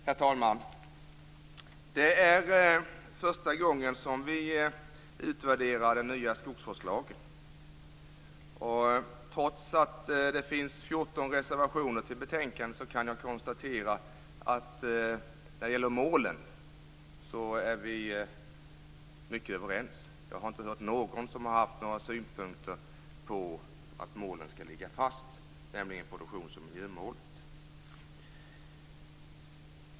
Herr talman! Det är första gången som vi utvärderar den nya skogsvårdslagen. Trots att 14 reservationer är fogade till betänkandet kan jag konstatera att vi i hög grad är överens om målen. Jag har inte hört någon ha synpunkter på detta med att målen skall ligga fast, nämligen produktions och miljömålen.